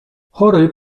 chory